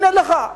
הנה לך,